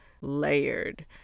layered